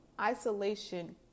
isolation